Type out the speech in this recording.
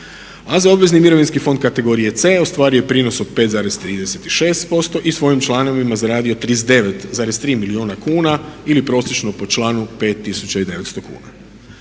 AZ obvezni mirovinski fond kategorije C ostvario je prinos od 5,36% i svojim članovima zaradio 39,3 milijuna kuna ili prosječno po članu 5900 kuna.